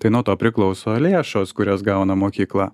tai nuo to priklauso lėšos kurias gauna mokykla